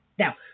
Now